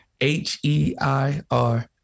h-e-i-r